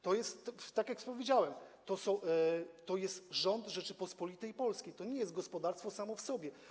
Tak jak powiedziałem: to jest rząd Rzeczypospolitej Polskiej, to nie jest gospodarstwo samo w sobie.